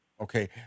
Okay